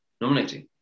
nominating